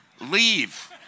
leave